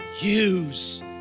use